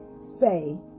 say